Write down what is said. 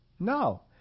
No